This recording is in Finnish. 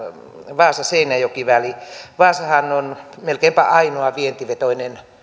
vaasa seinäjoki väli vaasahan on melkeinpä ainoa vientivetoinen